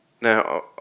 Now